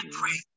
pray